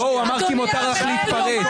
לא, הוא אמר שמותר לך להתפרץ.